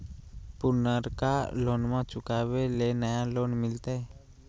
पुर्नका लोनमा चुकाबे ले नया लोन मिलते?